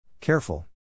Careful